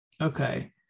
Okay